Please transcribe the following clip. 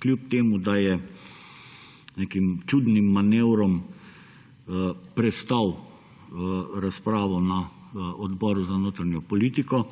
čeprav je z nekim čudnim manevrom prestal razpravo na odboru za notranjo politiko.